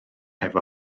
hefo